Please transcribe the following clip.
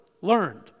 learned